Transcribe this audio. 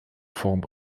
form